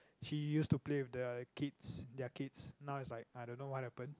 she used to play with the kids their kids now is like I don't know what happen